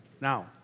Now